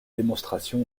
démonstration